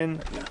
אין בעד 6,